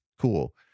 cool